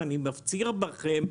ואני מפציר בכם: